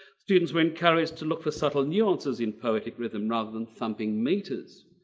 students were encouraged to look for subtle nuances in poetic rhythm rather than thumping meters.